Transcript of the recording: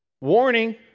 Warning